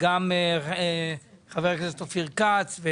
גם חבר הכנסת אופיר כץ.